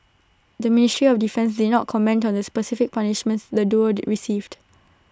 the ministry of defence did not comment on the specific punishments the duo received